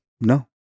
No